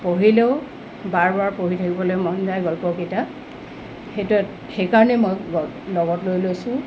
পঢ়িলেও বাৰ বাৰ পঢ়ি থাকিবলৈ মন যায় গল্পকেইটা সেইটোৱে সেইকাৰণে মই গ লগত লৈ লৈছোঁ